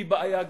היא בעיה גדולה.